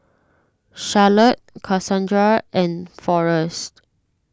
Charlotte Kasandra and Forest